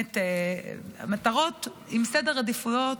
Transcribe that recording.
מטרות עם סדר עדיפויות: